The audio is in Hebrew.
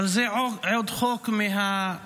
אבל זה עוד חוק מהחוקים